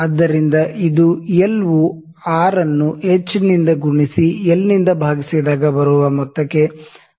ಆದ್ದರಿಂದ ಇದು ಎಲ್ ವು ಆರ್ ಅನ್ನುಹೆಚ್ ನಿಂದ ಗುಣಿಸಿ ಎಲ್ ಭಾಗಿಸಿದಾಗ ಬರುವ ಮೊತ್ತಕ್ಕೆ ಸಮನಾಗಿರುತ್ತದೆ